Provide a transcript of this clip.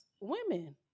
women